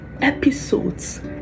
episodes